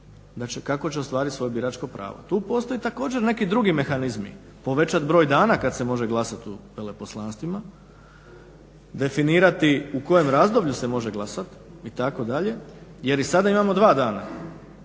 govorio kako će ostvariti svoje biračko pravo. Tu postoji također neki drugi mehanizmi povećati broj dana kada se može glasati u veleposlanstvima, definirati u kojem razdoblju se može glasati itd. jer i sada imamo dva dana.